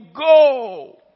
go